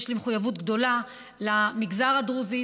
יש לי מחויבות גדולה למגזר הדרוזי.